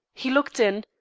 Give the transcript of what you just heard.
he looked in,